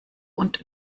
und